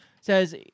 says